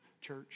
church